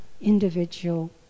individual